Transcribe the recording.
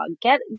get